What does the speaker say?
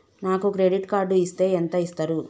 నాకు credit card ఇస్తే ఎంత ఇస్తరు?